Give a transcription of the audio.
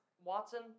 Watson